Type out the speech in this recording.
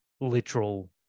literal